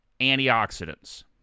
antioxidants